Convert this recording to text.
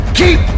keep